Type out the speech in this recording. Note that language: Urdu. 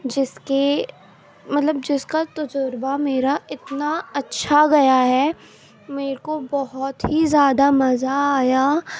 جس کے مطلب جس کا تجربہ میرا اتنا اچھا گیا ہے میرے کو بہت ہی زیادہ مزہ آیا